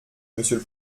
monsieur